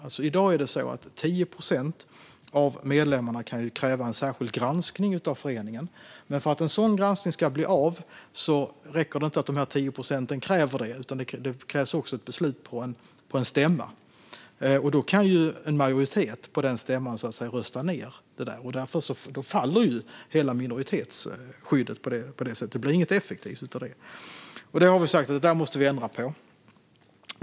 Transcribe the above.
I dag kan 10 procent av medlemmarna kräva en särskild granskning av föreningen. Men för att en sådan granskning ska bli av räcker det inte att de 10 procenten kräver det, utan det krävs också ett beslut på en stämma. Då kan en majoritet på stämman rösta ned förslaget. På det sättet faller hela minoritetsskyddet; det blir inte effektivt av det. Detta har vi sagt att vi måste ändra på.